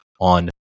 on